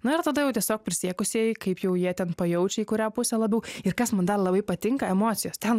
na ir tada jau tiesiog prisiekusieji kaip jau jie ten pajaučia į kurią pusę labiau ir kas man dar labai patinka emocijos ten